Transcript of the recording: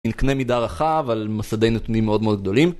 עם קנה מידה רחב על מסדי נתונים מאוד מאוד גדולים